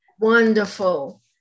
Wonderful